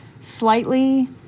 slightly